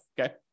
okay